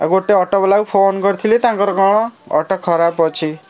ଏ ଗୋଟେ ଅଟୋବାଲାକୁ ଫୋନ୍ କରିଥିଲି ତାଙ୍କର କ'ଣ ଅଟୋ ଖରାପ ଅଛି